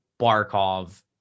barkov